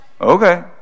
Okay